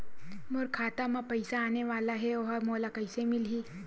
मोर खाता म पईसा आने वाला हे ओहा मोला कइसे मिलही?